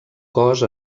cos